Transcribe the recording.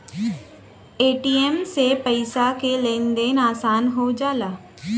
ATM से पइसा के लेन देन आसान हो जाला